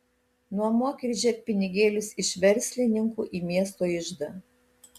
nuomok ir žerk pinigėlius iš verslininkų į miesto iždą